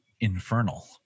infernal